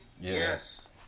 Yes